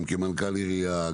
גם כמנכ"ל עירייה,